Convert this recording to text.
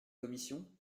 commission